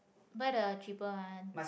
buy the cheaper one